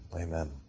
Amen